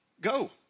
go